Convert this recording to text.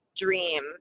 dream